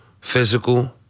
physical